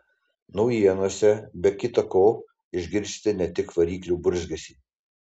naujienose be kita ko išgirsite ne tik variklių burzgesį